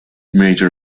major